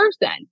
person